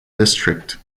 district